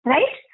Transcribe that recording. Right